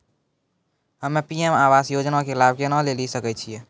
हम्मे पी.एम आवास योजना के लाभ केना लेली सकै छियै?